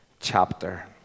chapter